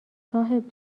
صاحب